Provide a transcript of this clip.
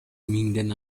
миңден